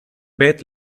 beth